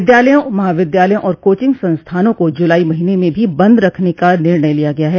विद्यालयों महाविद्यालयों और कोचिंग संस्थानों को जुलाई महीने में भी बंद रखने का निर्णय लिया गया है